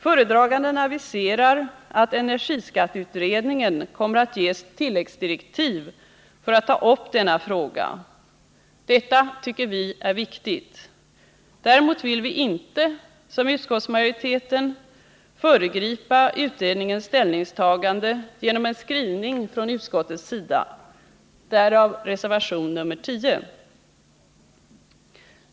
Föredraganden aviserar att energiskatteutredningen kommer att ges tilläggsdirektiv för att ta upp denna fråga. Detta tycker vi är viktigt. Däremot vill vi inte, som utskottsmajoriteten, föregripa utredningens ställningstagande genom en skrivning från utskottets sida; därav reservation 10.